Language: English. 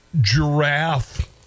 giraffe